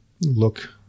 look